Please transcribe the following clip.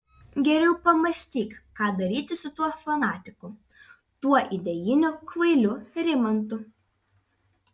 geriau pamąstyk ką daryti su tuo fanatiku tuo idėjiniu kvailiu rimantu